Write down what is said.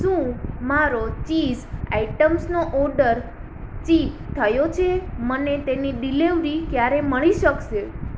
શું મારો ચીઝ આઇટમ્સનો ઓર્ડર ચિપ થયો છે મને તેની ડિલેવરી ક્યારે મળી શકશે